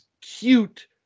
cute